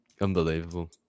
Unbelievable